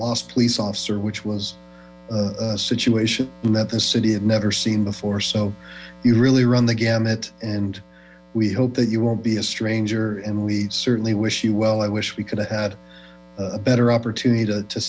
lost police officer which was situation that the city had never seen before so you really run the gamut and we hope that you won't be a stranger and we certainly wish you well i wish we could have had a better opportunity to